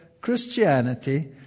Christianity